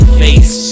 face